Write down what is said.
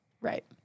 Right